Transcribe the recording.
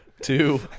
Two